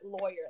lawyer